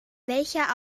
welcher